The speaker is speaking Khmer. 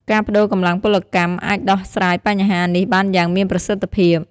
ការប្តូរកម្លាំងពលកម្មអាចដោះស្រាយបញ្ហានេះបានយ៉ាងមានប្រសិទ្ធភាព។